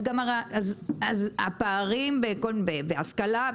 אז הפערים בהשכלה,